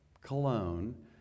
cologne